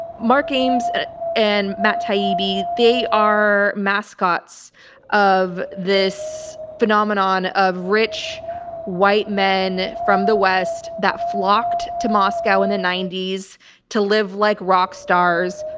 mark ames and matt taibbi, they are mascots of this phenomenon of rich white men from the west that flocked to moscow in the ninety s to live like rock stars,